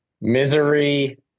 Misery